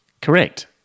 Correct